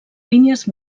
línies